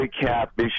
cap